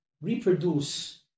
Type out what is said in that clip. reproduce